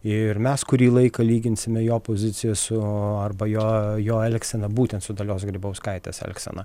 ir mes kurį laiką lyginsime jo poziciją su arba jo jo elgseną būtent su dalios grybauskaitės elgsena